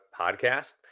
podcast